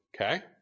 okay